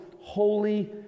holy